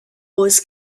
wars